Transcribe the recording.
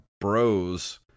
bros